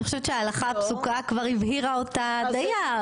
אני חושבת שההלכה הפסוקה כבר הבהירה אותה דיי.